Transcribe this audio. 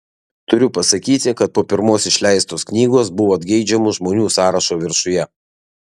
turiu pasakyti kad po pirmos išleistos knygos buvot geidžiamų žmonių sąrašo viršuje